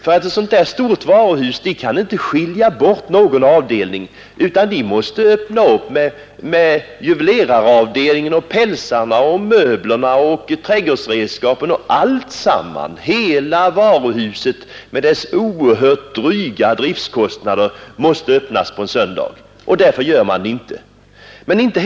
Ett så stort varuhus kan inte skilja bort någon avdelning, utan de måste öppna juveleraravdelningen, avdelningarna för pälsar, möbler och trädgårdsredskap och alltsammans. Hela varuhuset med dess oerhört dryga driftkostnader måste öppnas på en söndag, och därför gör man det inte.